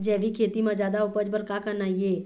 जैविक खेती म जादा उपज बर का करना ये?